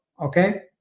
okay